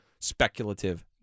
speculative